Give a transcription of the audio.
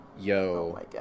Yo